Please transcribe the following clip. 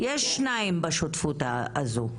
יש שניים בשותפות הזו,